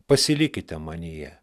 pasilikite manyje